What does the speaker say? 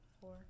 four